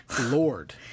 Lord